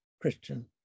Christian